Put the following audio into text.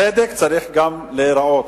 צדק צריך גם להיראות.